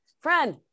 friend